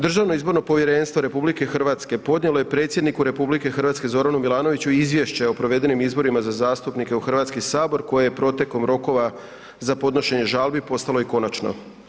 Državno izborno povjerenstvo RH podnijelo je predsjedniku RH Zoranu Milanoviću izvješće o provedenim izborima za zastupnike u Hrvatski sabor koje je protekom rokova za podnošenje žali postalo i konačno.